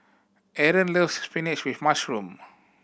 Aron loves spinach with mushroom